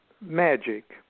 magic